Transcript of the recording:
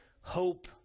hope